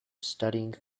studying